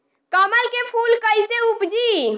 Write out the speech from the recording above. कमल के फूल कईसे उपजी?